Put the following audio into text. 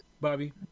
Bobby